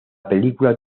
película